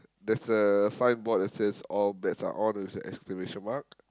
there's a signboard that says all bets are on with a exclamation mark